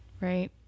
right